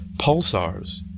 pulsars